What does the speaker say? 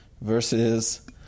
versus